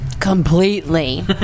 Completely